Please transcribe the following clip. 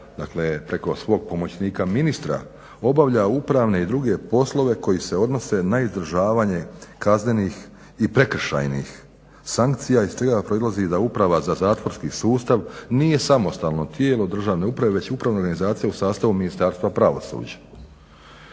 preko svog pomoćnika ministra obavlja upravne i druge poslove koji se odnose na izdržavanje kaznenih i prekršajnih sankcija iz čega proizlazi da uprava za zatvorski sustav nije samostalno tijelo državne uprave već upravna organizacija u sastavu ministarstva pravosuđa.